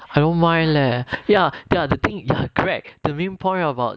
I don't mind leh ya ya the thing ya correct the main point about